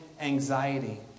anxiety